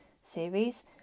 series